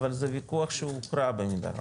אבל זה וויכוח שהוא שהוכרע במידה רבה,